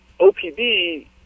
OPB